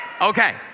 Okay